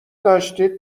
داشتید